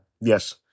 Yes